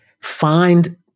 find